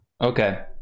Okay